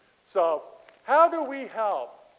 so how do we help?